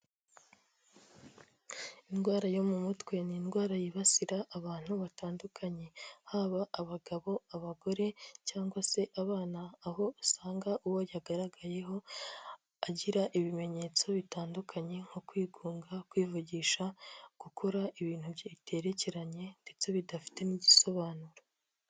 Indwara yo mu mutwe ni indwara yibasira abantu batandukanye, haba abagabo, abagore cyangwa se abana, aho usanga uwo yagaragayeho agira ibimenyetso bitandukanye nko kwigunga, kwivugisha, gukora ibintu bye biterekeranye ndetse bidafite n'igisobanuro.